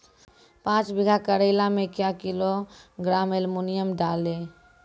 पाँच बीघा करेला मे क्या किलोग्राम एलमुनियम डालें?